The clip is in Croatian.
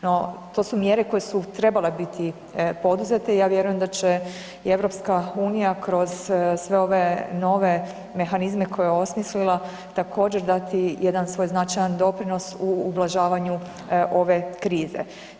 No, to su mjere koje su trebale biti poduzete i ja vjerujem da će i EU kroz sve ove nove mehanizme koje je osmislila također dati jedan svoj značajan doprinos u ublažavanju ove krize.